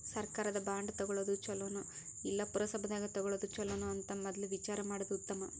ಸರ್ಕಾರದ ಬಾಂಡ ತುಗೊಳುದ ಚುಲೊನೊ, ಇಲ್ಲಾ ಪುರಸಭಾದಾಗ ತಗೊಳೊದ ಚುಲೊನೊ ಅಂತ ಮದ್ಲ ವಿಚಾರಾ ಮಾಡುದ ಉತ್ತಮಾ